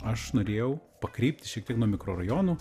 aš norėjau pakreipti šiek tiek nuo mikrorajonų